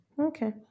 Okay